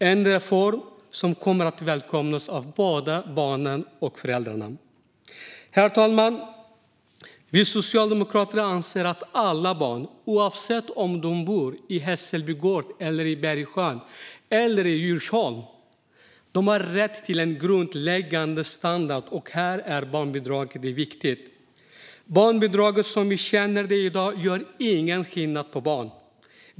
Det är en reform som kommer att välkomnas av både barnen och föräldrarna. Herr talman! Vi socialdemokrater anser att alla barn, oavsett om de bor i Hässelby gård, Bergsjön eller Djursholm har rätt till en grundläggande standard, och här är barnbidraget viktigt. Barnbidraget som vi känner det i dag gör ingen skillnad på barn.